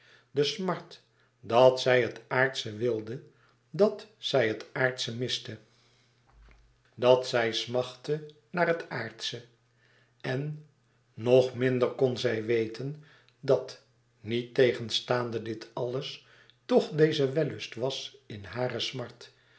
de smart dat zij het aardsche wilde dat zij het aardsche miste dat zij smachtte naar het aardsche en nog minder kon hij weten dat niettegenstaande dit alles toch deze wellust was in hare smart